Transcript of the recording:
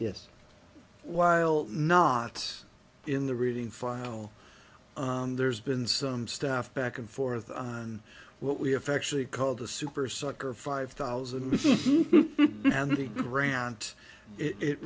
yes while not in the reading file there's been some stuff back and forth on what we have actually called the super sucker five thousand